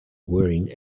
wearing